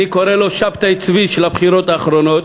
אני קורא לו שבתאי צבי של הבחירות האחרונות,